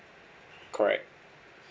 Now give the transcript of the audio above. correct